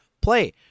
play